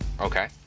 Okay